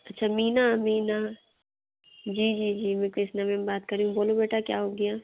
अच्छा मीना मीना जी जी जी मैं कृष्णा मैम बात कर रही हूँ बोलो बेटा क्या हो गया